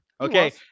Okay